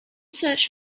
search